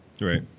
Right